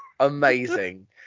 amazing